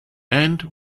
and